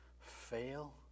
fail